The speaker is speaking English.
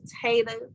potatoes